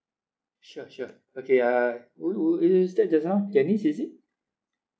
sure sure okay uh who who is that just now janice is it